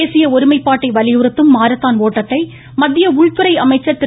தேசிய ஒருமைப்பாட்டை வலியுறுத்தும் மாரத்தான் ஓட்டத்தை மத்திய உள்துறை அமைச்சா் திரு